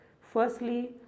Firstly